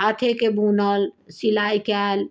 हाथेके बुनल सिलाइ कयल